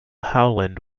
howland